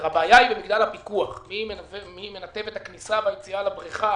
הבעיה היא מגדל הפיקוח - מי מנתב את הכניסה והיציאה לבריכה